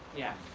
yeah.